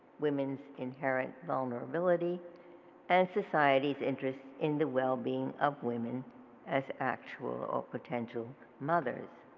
women's inherent vulnerability and society's interest in the well being of women as actual or potential mothers.